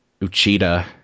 Uchida